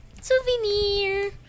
souvenir